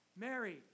Mary